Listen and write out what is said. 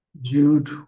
Jude